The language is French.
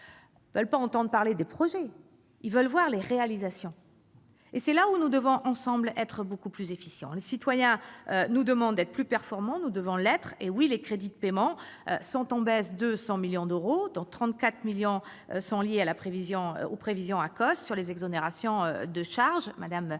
ne veulent pas entendre parler de projets, ils veulent en voir les réalisations- et cela se comprend ! Nous devons, ensemble, être bien plus efficients. Les citoyens nous demandent d'être plus performants : il nous faut l'être ! Oui, les crédits de paiement sont en baisse de 100 millions d'euros- 34 millions d'euros sont liés aux prévisions de l'Acoss sur les exonérations de charges, madame Malet.